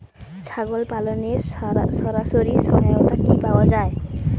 ছাগল পালনে সরকারি সহায়তা কি পাওয়া যায়?